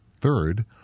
Third